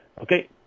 Okay